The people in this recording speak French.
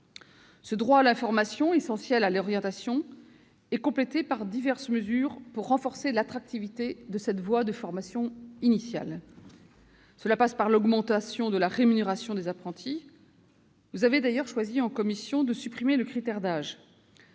Ce droit à l'information, essentiel à l'orientation, est complété par diverses mesures visant à renforcer l'attractivité de cette voie de formation initiale. Cela passe notamment par l'augmentation de la rémunération des apprentis. Vous avez d'ailleurs choisi, en commission, de supprimer le critère d'âge.